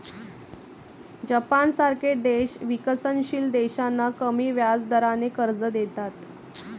जपानसारखे देश विकसनशील देशांना कमी व्याजदराने कर्ज देतात